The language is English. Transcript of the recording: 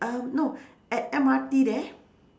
um no at M_R_T there